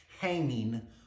hanging